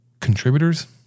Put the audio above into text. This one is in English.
contributors